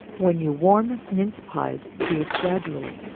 when you warm mince pies, do it gradually,